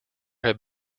have